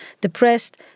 depressed